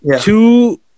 Two